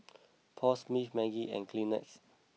Paul Smith Maggi and Kleenex